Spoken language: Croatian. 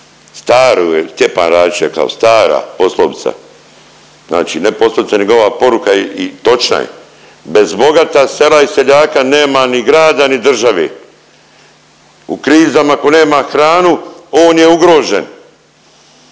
Stjepan Radić je rekao, stara poslovica, znači ne poslovica nego ova poruka i točna je bez bogata sela i seljaka nema ni grada ni države. U krizama ako nema hranu on je ugrožen,